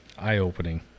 eye-opening